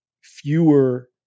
fewer